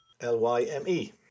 L-Y-M-E